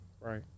right